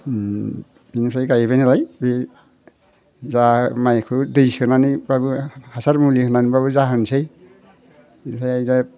बिनिफ्राय गायबायनालाय बे जा माइखौ दै सोनानैब्लाबो हासार मुलि होनानैब्लाबो जाहोनोसै बिनिफ्राय दा